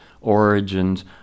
origins